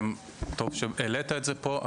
טוב שהעלית את זה פה,